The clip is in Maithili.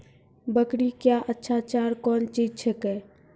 बकरी क्या अच्छा चार कौन चीज छै के?